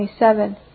27